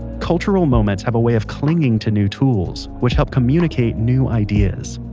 cultural moments have a way of clinging to new tools, which help communicate new ideas,